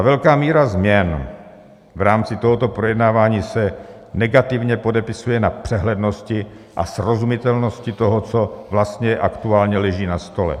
Velká míra změn v rámci tohoto projednávání se negativně podepisuje na přehlednosti a srozumitelnosti toho, co vlastně aktuálně leží na stole.